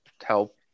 help